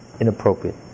inappropriate